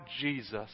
Jesus